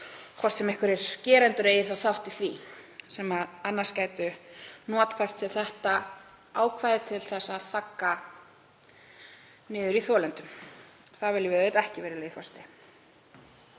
hvort sem einhverjir gerendur eigi þátt í því sem annars gætu notfært sér þetta ákvæði til þess að þagga niður í þolendum. Það viljum við auðvitað ekki, virðulegi forseti.